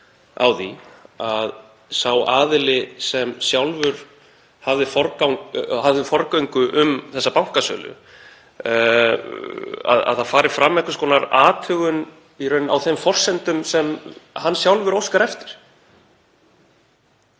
á því að sá aðili sem sjálfur hafði forgöngu um þessa bankasölu — að það fari fram einhvers konar athugun í raun á þeim forsendum sem hann sjálfur óskar eftir.